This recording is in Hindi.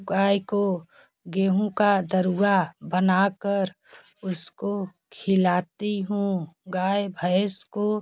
गाय को गेहूँ का दरिया बना कर उसको खिलाती हूँ गाय भैंस को